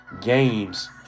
games